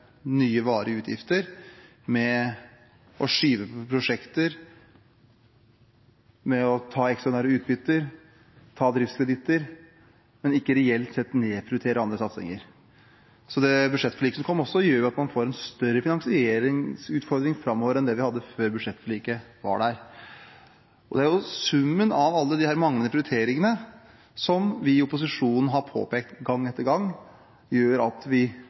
nye varige utgifter ved å skyve på prosjekter, ta ekstraordinære utbytter og ta driftskreditter, men ikke reelt sett nedprioritere andre satsinger. Det budsjettforliket som kom, gjør jo at man får en større finansieringsutfordring framover enn man hadde før budsjettforliket. Det er summen av alle disse manglende prioriteringene som vi i opposisjonen har påpekt gang etter gang, gjør at man får en dårligere finansiering av velferdsstaten på sikt. Politikk handler også om å prioritere. I dag skal vi